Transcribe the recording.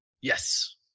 Yes